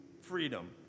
freedom